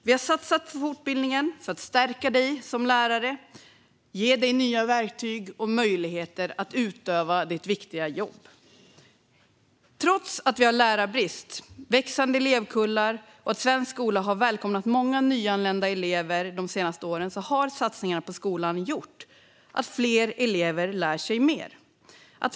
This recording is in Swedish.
Vi har satsat på fortbildningen för att stärka dig som lärare och för att ge dig nya verktyg och möjligheter att utöva ditt viktiga jobb. Trots att vi har lärarbrist och växande elevkullar och trots att svensk skola har välkomnat många nyanlända elever de senaste åren har satsningarna på skolan gjort att fler elever lär sig mer.